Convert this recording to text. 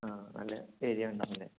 ആ നല്ല ഏരിയ ഉണ്ടാവില്ലേ